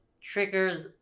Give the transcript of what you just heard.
triggers